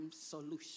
solution